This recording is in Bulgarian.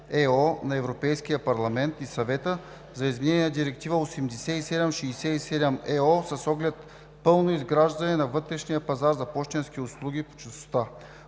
на Европейския парламент и Съвета за изменение на Директива 87/67/ЕО с оглед пълното изграждане на вътрешния пазар на пощенските услуги по честота.